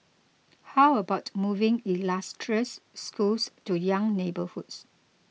how about moving illustrious schools to young neighbourhoods